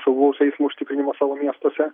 saugaus eismo užtikrinimo savo miestuose